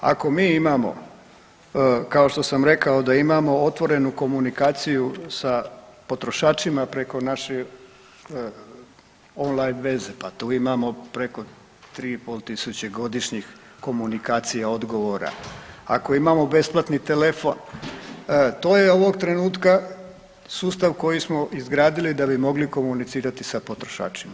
Ako mi imamo kao što sam rekao da imamo otvorenu komunikaciju sa potrošačima preko on line veze pa tu imamo preko 3,5 tisuća godišnjih komunikacija odgovora, ako imamo besplatni telefon to je ovog trenutka sustav koji smo izgradili da bi mogli komunicirati sa potrošačima.